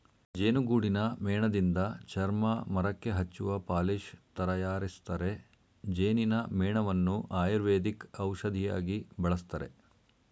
ಜೇನುಗೂಡಿನ ಮೇಣದಿಂದ ಚರ್ಮ, ಮರಕ್ಕೆ ಹಚ್ಚುವ ಪಾಲಿಶ್ ತರಯಾರಿಸ್ತರೆ, ಜೇನಿನ ಮೇಣವನ್ನು ಆಯುರ್ವೇದಿಕ್ ಔಷಧಿಯಾಗಿ ಬಳಸ್ತರೆ